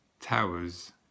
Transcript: towers